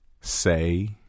Say